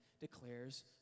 declares